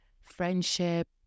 friendship